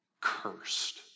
cursed